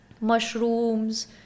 mushrooms